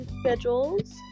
schedules